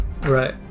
right